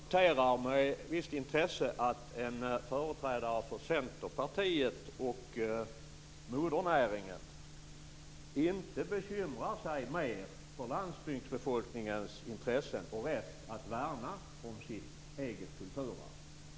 Herr talman! Jag noterar med visst intresse att en företrädare för Centerpartiet och modernäringen inte bekymrar sig mer för landsbygdsbefolkningens intressen och rätt att värna om sitt eget kulturarv.